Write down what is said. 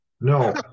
No